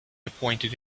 appointed